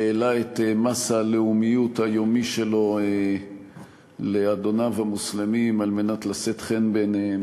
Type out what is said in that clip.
שהעלה את מס הלאומיות היומי שלו לאדוניו המוסלמים כדי לשאת חן בעיניהם.